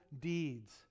deeds